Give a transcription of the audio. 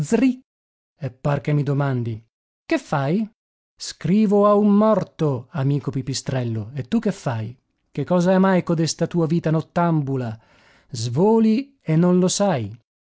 par che mi domandi che fai scrivo a un morto amico pipistrello e tu che fai che cosa è mai codesta tua vita nottambula svoli e non lo sai